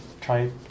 try